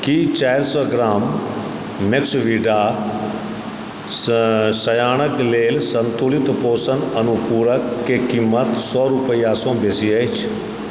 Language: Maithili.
की चारि सए ग्राम मैक्सविडा सयानक लेल संतुलित पोषण अनुपूरक के कीमत सए रुपैआसँ बेसी अछि